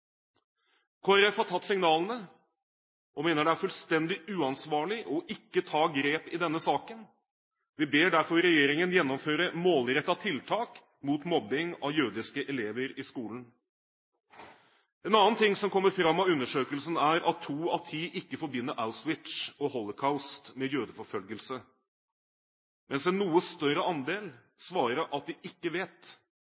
Folkeparti har tatt signalene, og mener det er fullstendig uansvarlig ikke å ta grep i denne saken. Vi ber derfor regjeringen gjennomføre målrettede tiltak mot mobbing av jødiske elever i skolen. En annen ting som kommer fram av undersøkelsen er at to av ti ikke forbinder Auschwitz og holocaust med jødeforfølgelse, mens en noe større andel